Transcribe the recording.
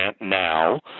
now